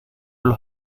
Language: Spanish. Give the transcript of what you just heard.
los